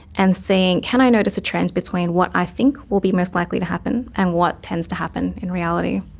and seeing can i notice a trend between what i think will be most likely to happen and what tends to happen in reality.